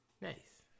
nice